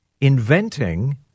inventing